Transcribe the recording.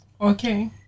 Okay